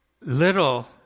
little